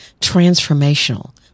transformational